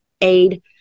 aid